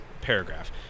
paragraph